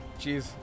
Jeez